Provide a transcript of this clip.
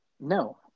No